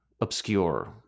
obscure